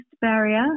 barrier